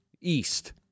east